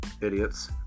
idiots